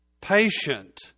patient